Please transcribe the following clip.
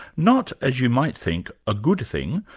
not, as you might think, a good thing,